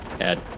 add